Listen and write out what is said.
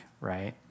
right